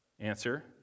Answer